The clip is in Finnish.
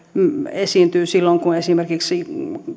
esiintyy silloin kun esimerkiksi